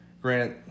Grant